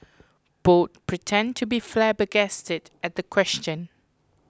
both pretend to be flabbergasted at the question